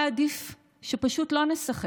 אולי עדיף שפשוט לא נשחק,